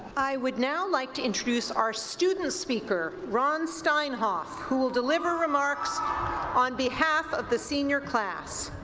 i would now like to introduce our student speaker, ron steinhoff, who will deliver remarks on behalf of the senior class.